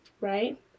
Right